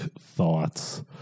thoughts